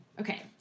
Okay